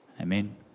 Amen